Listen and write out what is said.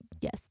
yes